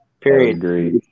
Period